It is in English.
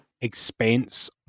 expense